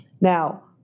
Now